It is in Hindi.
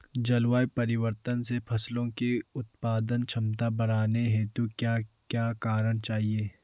जलवायु परिवर्तन से फसलों की उत्पादन क्षमता बढ़ाने हेतु क्या क्या करना चाहिए?